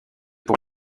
pour